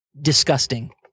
Disgusting